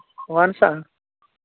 وَن سا